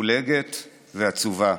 מפולגת ועצובה.